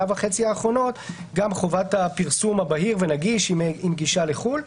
וחצי האחרונות גם חובת הפרסום הבהיר ונגיש עם גישה לחו"ל.